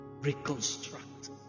reconstruct